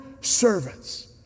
servants